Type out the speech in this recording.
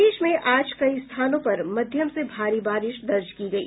प्रदेश में आज कई स्थानों पर मध्यम से भारी बारिश दर्ज की गयी